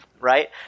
right